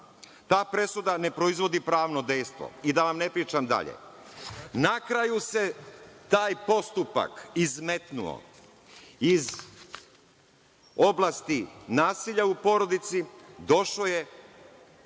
Ta presuda ne proizvodi pravno dejstvo, da ne pričam dalje. Na kraju se taj postupak izmetnuo iz oblasti nasilja u porodici, došao je